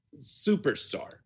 superstar